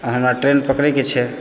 आ हमरा ट्रेन पकड़ैके छै